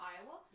Iowa